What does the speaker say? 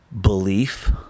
belief